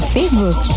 Facebook